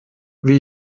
wie